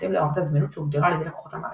בהתאם לרמת הזמינות שהוגדרה על ידי לקוחות המערכת.